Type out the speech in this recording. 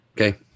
Okay